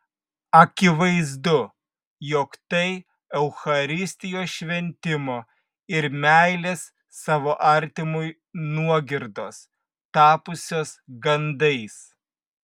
akivaizdu jog tai eucharistijos šventimo ir meilės savo artimui nuogirdos tapusios gandais